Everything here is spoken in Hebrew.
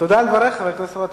תודה על דבריך, חבר הכנסת רותם.